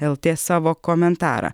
lt savo komentarą